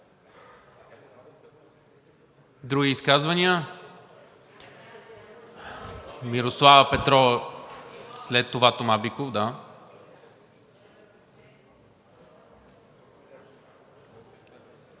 Други изказвания? Мирослава Петрова, след това Тома Биков.